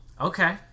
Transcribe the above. Okay